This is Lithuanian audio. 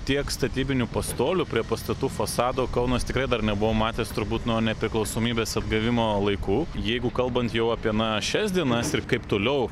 tiek statybinių pastolių prie pastatų fasado kaunas tikrai dar nebuvo matęs turbūt nuo nepriklausomybės atgavimo laikų jeigu kalbant jau apie na šias dienas ir kaip toliau